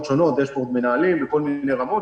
שונות דשבורד מנהלים וכל מיני רמות,